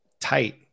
tight